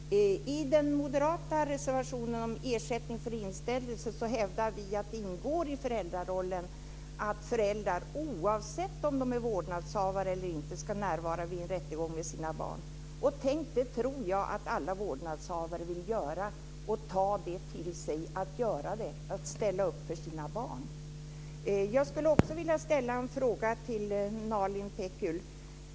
Fru talman! I den moderata reservationen om ersättning för inställelse hävdar vi att det ingår i föräldrarollen att föräldrar, oavsett om de är vårdnadshavare eller inte, ska närvara vid en rättegång med sina barn. Tänk, det tror jag att alla vårdnadshavare vill göra, dvs. ställa upp för sina barn. Jag skulle vilja ställa en fråga till Nalin Pekgul.